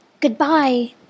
goodbye